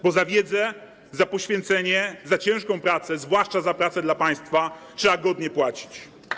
Bo za wiedzę, za poświęcenie, za ciężką pracę, zwłaszcza za pracę dla państwa, trzeba godnie płacić.